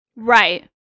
right